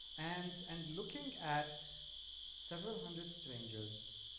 and and looking at several hundred strangers,